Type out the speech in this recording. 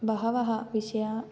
बहवः विषयाः